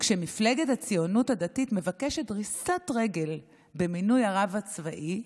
כשמפלגת הציונות הדתית מבקשת דריסת רגל במינוי הרב הצבאי,